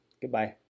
Goodbye